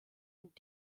und